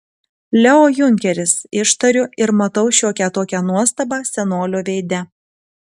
leo junkeris ištariu ir matau šiokią tokią nuostabą senolio veide